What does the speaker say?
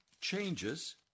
changes